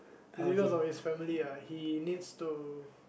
it's because of his family ah he needs to